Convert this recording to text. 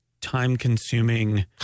time-consuming